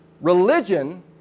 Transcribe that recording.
religion